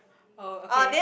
oh okay